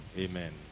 Amen